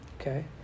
Okay